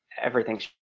everything's